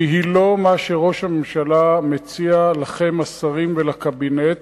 והיא לא מה שראש הממשלה מציע לכם, השרים, ולקבינט,